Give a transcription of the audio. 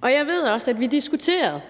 Og jeg ved også, at vi netop diskuterede,